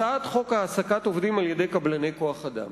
הצעת חוק העסקת עובדים על-ידי קבלני כוח-אדם.